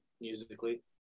musically